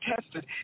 tested